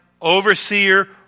overseer